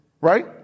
Right